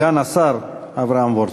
סגן השר אברהם וורצמן.